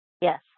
Yes